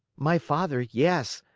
my father, yes.